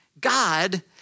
God